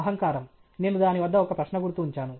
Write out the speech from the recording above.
అహంకారం నేను దాని వద్ద ఒక ప్రశ్న గుర్తు ఉంచాను